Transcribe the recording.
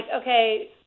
okay